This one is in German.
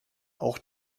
auch